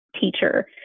teacher